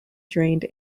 drained